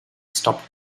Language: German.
stop